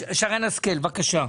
שרן השכל, בבקשה.